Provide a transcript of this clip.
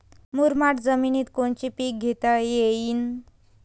मुरमाड जमिनीत कोनचे पीकं घेता येईन?